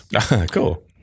Cool